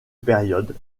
période